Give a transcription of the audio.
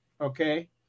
Okay